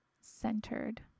centered